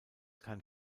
kann